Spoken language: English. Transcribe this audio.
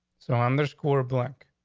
so on the score black.